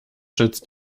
sitzt